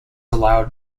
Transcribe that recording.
allowed